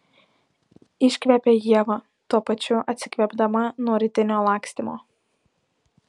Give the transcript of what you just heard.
iškvepia ieva tuo pačiu atsikvėpdama nuo rytinio lakstymo